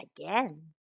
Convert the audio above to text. again